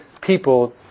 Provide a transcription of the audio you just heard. people